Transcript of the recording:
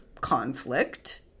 conflict